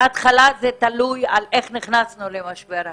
בהתחלה, זה תלוי איך נכנסנו למשבר הקורונה,